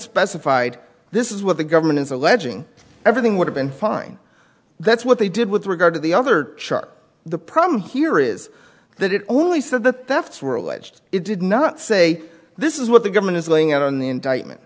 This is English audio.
specified this is what the government is alleging everything would have been fine that's what they did with regard to the other charge the problem here is that it only said that that's were alleged it did not say this is what the government is laying out on the indictment